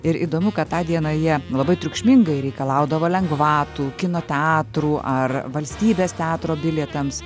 ir įdomu kad tą dieną jie labai triukšmingai reikalaudavo lengvatų kino teatrų ar valstybės teatro bilietams